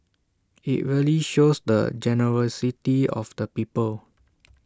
IT really shows the generosity of the people